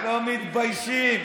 לא מתביישים.